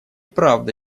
правда